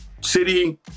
City